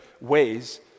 ways